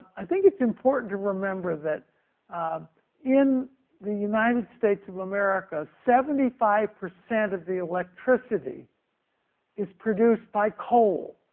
i think it's important to remember that um in the united states of america, seventy five percent of the electricity is produced by coal.